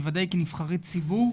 בוודאי כנבחרי ציבור,